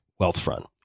Wealthfront